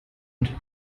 hand